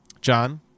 John